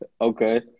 Okay